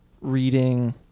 reading